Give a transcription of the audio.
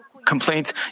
complaints